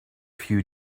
few